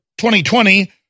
2020